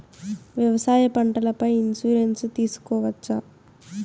వ్యవసాయ పంటల పై ఇన్సూరెన్సు తీసుకోవచ్చా?